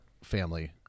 family